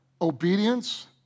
obedience